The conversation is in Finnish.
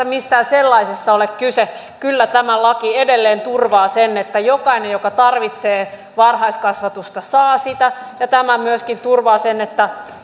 mistään sellaisesta ole kyse kyllä tämä laki edelleen turvaa sen että jokainen joka tarvitsee varhaiskasvatusta saa sitä ja tämä myöskin turvaa sen että